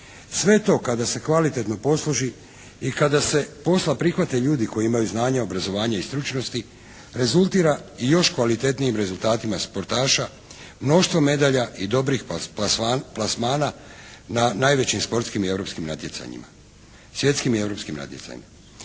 Sve to kada se kvalitetno posloži i kada se posla prihvate ljudi koji imaju znanja, obrazovanja i stručnosti rezultira i još kvalitetnijim rezultatima sportaša, mnoštvo medalje i dobrih plasmana na najvećim sportskim i europskim natjecanjima,